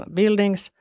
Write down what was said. buildings